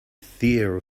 fear